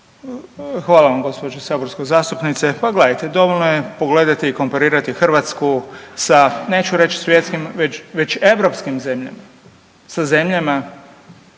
Hvala vam gđo. saborska zastupnice. Pa gledajte, dovoljno je pogledati i komparirati Hrvatsku sa, neću reći svjetskim već europskim zemljama.